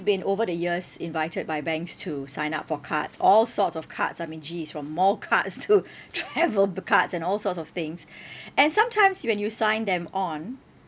been over the years invited by banks to sign up for cards all sorts of cards I mean geez from mall cards to travel b~ cards and all sorts of things and sometimes when you sign them on